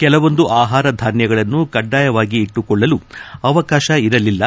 ಕೆಲವೊಂದು ಆಹಾರ ಧಾನ್ಯಗಳನ್ನು ಕಡ್ಡಾಯವಾಗಿ ಇಟ್ಸುಕೊಳ್ಳಲು ಅವಕಾಶ ಇರಲಿಲ್ಲ